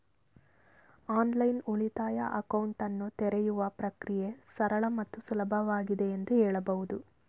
online ಉಳಿತಾಯ ಅಕೌಂಟನ್ನ ತೆರೆಯುವ ಪ್ರಕ್ರಿಯೆ ಸರಳ ಮತ್ತು ಸುಲಭವಾಗಿದೆ ಎಂದು ಹೇಳಬಹುದು